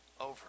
over